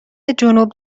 جنوب